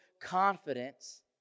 confidence